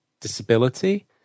disability